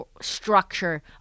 structure